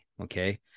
Okay